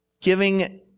giving